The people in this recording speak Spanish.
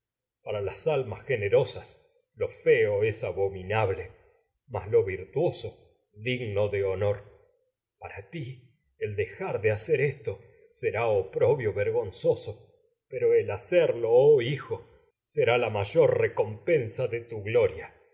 para las almas generosas lo feo abominable lo vir tuoso será digno de honor para ti el dejar de hacer esto oprobio vergonzoso pero el hacerlo oh hijo será recompensa etea la mayor de tu gloria